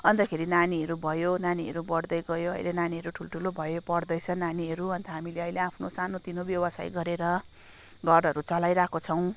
अन्तखेरि नानीहरू भयो नानीहरू बढ्दै गयो अहिले नानीहरू ठुल्ठुलो भयो पढ्दैछ नानीहरू अन्त हामीले अहिले आफ्नो सानो तिनो व्यवसाय गरेर घरहरू चलाइरहेको छौँ